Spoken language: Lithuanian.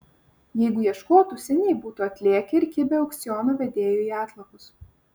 jeigu ieškotų seniai būtų atlėkę ir kibę aukciono vedėjui į atlapus